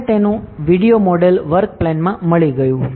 અમને તેનું video model work પ્લેનમાં મળી ગયું